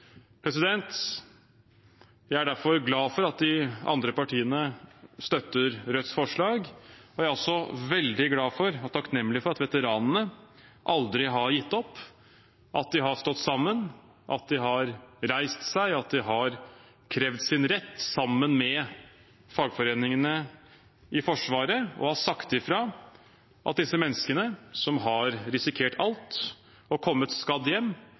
Jeg er derfor glad for at de andre partiene støtter Rødts forslag. Jeg er også veldig glad og takknemlig for at veteranene aldri har gitt opp, at de har stått sammen, at de har reist seg, at de har krevd sin rett sammen med fagforeningene i Forsvaret og har sagt ifra at disse menneskene som har risikert alt og kommet skadde hjem,